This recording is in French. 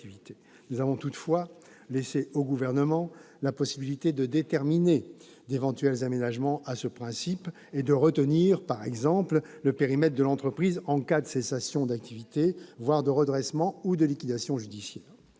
Nous avons toutefois laissé au Gouvernement la possibilité de déterminer d'éventuels aménagements à ce principe, ... Très bien !... et de retenir, par exemple, le périmètre de l'entreprise en cas de cessation d'activité, voire de redressement ... Très bien !... ou de liquidation judiciaire.